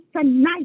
tonight